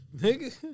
Nigga